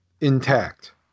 Intact